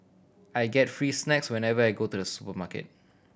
I get free snacks whenever I go to the supermarket